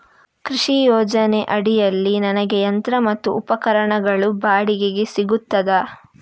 ಕೃಷಿ ಯೋಜನೆ ಅಡಿಯಲ್ಲಿ ನನಗೆ ಯಂತ್ರ ಮತ್ತು ಉಪಕರಣಗಳು ಬಾಡಿಗೆಗೆ ಸಿಗುತ್ತದಾ?